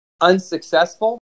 unsuccessful